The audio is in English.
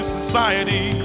society